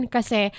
Kasi